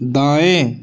दाएँ